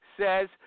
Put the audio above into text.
says